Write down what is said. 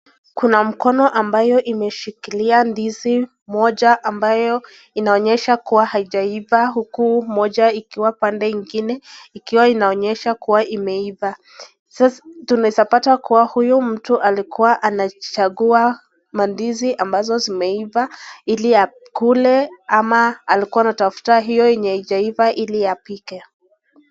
Kuna mkono ambayo imeshikilia ndizi moja ambayo inaonyesha kuwa haijaiva uku moja ikiwa pande ingine ikiwa inaonyesha kuwa imeiva. Tunaeza pata kuwa huyu mtu alikuwa anachagua mandizi ambazo zimeiva ili akule ama alikuwa anatafuta hio yenye haijaiva ili apike.